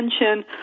attention